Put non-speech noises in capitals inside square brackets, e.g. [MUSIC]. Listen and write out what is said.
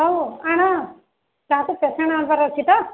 ହଉ ଆଣ ତା'କୁ ପେସେଣ୍ଟ୍ [UNINTELLIGIBLE] ଅଛି ତ